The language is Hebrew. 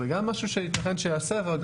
זה גם משהו שיתכן שייעשה.